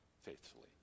faithfully